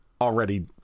already